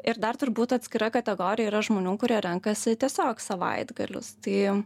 ir dar turbūt atskira kategorija yra žmonių kurie renkasi tiesiog savaitgalius tai